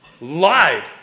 lied